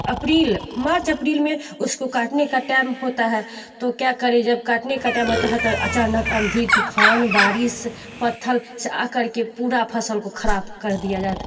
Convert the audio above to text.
अप्रिल मार्च अप्रिल में उसको काटने का टेम होता है तो क्या करें जब काटने का टेम रहता है तो अचानक अंधी तूफान बारिश पत्थर आकर के पूरा फसल को खराब कर दिया जाता